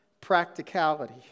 practicality